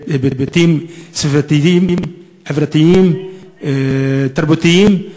מהיבטים סביבתיים, חברתיים, תרבותיים.